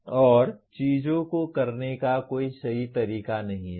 और चीजों को करने का कोई सही तरीका नहीं है